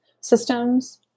systems